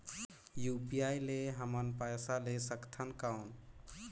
UPI ले हमन पइसा ले सकथन कौन?